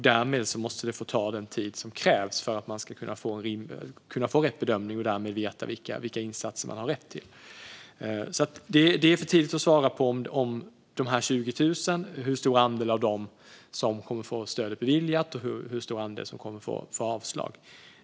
Därmed måste det få ta den tid som krävs för att man ska kunna få rätt bedömning och därmed veta vilka insatser man har rätt till. Det är alltså för tidigt att svara på hur stor andel av dessa 20 000 som kommer att få stödet beviljat och hur stor andel som kommer att få avslag.